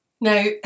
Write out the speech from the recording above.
Now